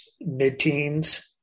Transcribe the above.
mid-teens